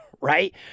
Right